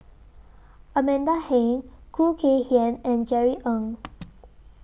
Amanda Heng Khoo Kay Hian and Jerry Ng